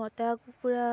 মতা কুকুৰা